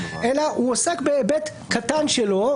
אלא היא עוסקת בהיבט קטן שלו,